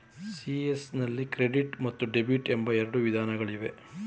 CES ನಲ್ಲಿ credit ಮತ್ತು debit ಎಂಬ ಎರಡು ವಿಧಾನಗಳಿವೆ